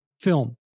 film